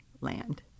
land